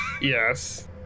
Yes